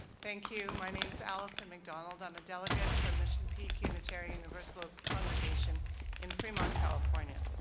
thank you. my name is allison mcdonald, um delegate from mission peak unitarian universalist congregation in fremont, california.